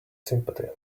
sympathy